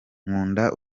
nkunda